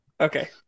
Okay